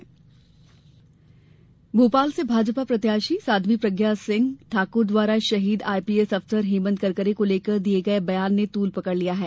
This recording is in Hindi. हेमंत करकरे विवाद भोपाल से भाजपा प्रत्याषी साध्वी प्रज्ञा सिंह ठाक्र द्वारा शहीद आईपीएस अफसर हेमंत करकरे को लेकर दिये गए बयान ने तूल पकड़ लिया है